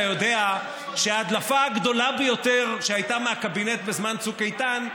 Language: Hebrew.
אתה יודע שההדלפה הגדולה ביותר שהייתה מהקבינט בזמן צוק איתן,